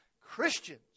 Christians